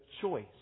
choice